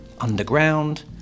underground